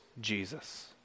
Jesus